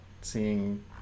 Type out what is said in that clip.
seeing